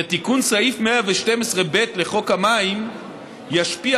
ותיקון סעיף 112(ב) לחוק המים ישפיע